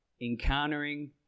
encountering